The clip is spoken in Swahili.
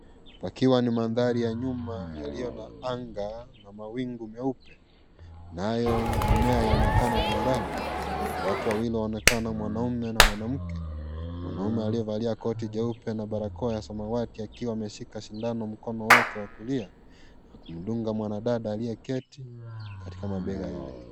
Yakiwa ni madhari ya nyuma yaliyo na anga, na mawingu meupe nayo mimea yaonekana kwa mbali, watu wawili wana kaa na mwanaume na mwanamke. Mwanamume aliyevalia koti jeupe na barakoa ya samawati akiwa ameshika sindano mkononi wake wa kulia kumdunga mwanadada aliye keti katika mabega yake.